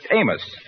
Amos